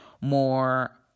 more